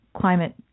climate